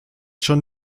schon